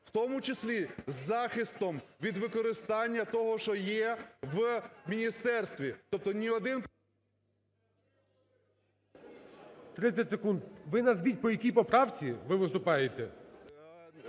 у тому числі із захистом від використання того, що є у міністерстві. Тобто ні один… ГОЛОВУЮЧИЙ. 30 секунд. Ви назвіть, по якій поправці ви виступаєте.